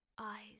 eyes